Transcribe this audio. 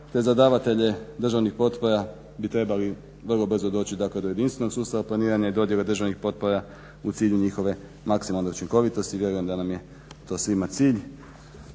te za davatelje državnih potpora bi trebali vrlo brzo doći do jedinstvenog sustava planiranja i dodjele državnih potpora u cilju njihove maksimalne učinkovitosti. Vjerujem da nam je to svima cilj.